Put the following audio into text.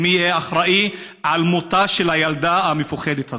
ומי יהיה אחראי למותה של הילדה המפוחדת הזו?